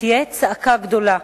ותהיה צעקה גדולה.